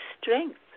strength